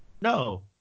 No